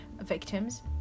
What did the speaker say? victims